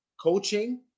coaching